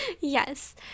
Yes